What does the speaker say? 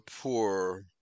poor